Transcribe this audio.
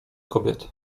kobiet